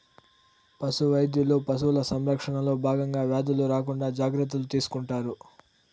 పశు వైద్యులు పశువుల సంరక్షణలో భాగంగా వ్యాధులు రాకుండా జాగ్రత్తలు తీసుకుంటారు